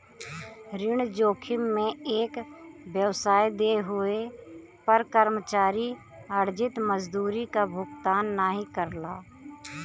ऋण जोखिम में एक व्यवसाय देय होये पर कर्मचारी अर्जित मजदूरी क भुगतान नाहीं करला